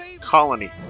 colony